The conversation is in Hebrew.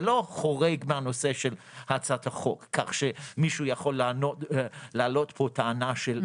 זה לא חורג מהנושא של הצעת החוק כך שמישהו יכול להעלות פה טענה של